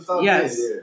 Yes